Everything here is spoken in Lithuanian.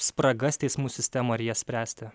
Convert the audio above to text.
spragas teismų sistemą ir jas spręsti